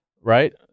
right